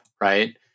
Right